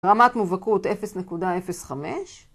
רמת מובהקות 0.05